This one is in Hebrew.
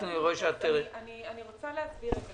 אני רוצה להסביר את זה.